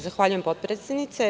Zahvaljujem, potpredsednice.